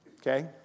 Okay